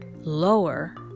lower